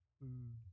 food